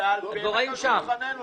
הדבוראים בתקנות.